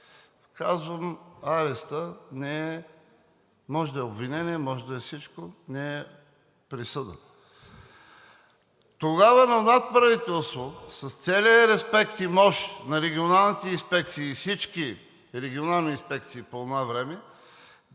Казвам, арестът може да е обвинение, може да е всичко – не е присъда. Тогава онова правителство, с целия респект и мощ на регионалните инспекции и всички регионални инспекции по онова време,